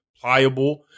pliable